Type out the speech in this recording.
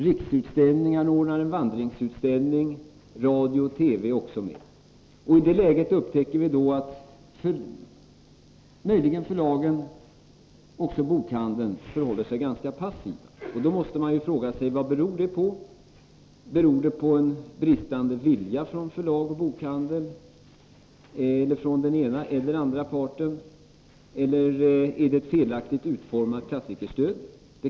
Riksutställningar ordnar en vandringsutställning. Radio och TV är också med. I det läget upptäcker vi att möjligen förlagen och bokhandeln förhåller sig ganska passiva. Då måste man fråga sig vad det beror på. Beror det på en bristande vilja från förlagens eller bokhandelns sida? Har vi ett felaktigt utformat klassikerstöd?